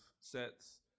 sets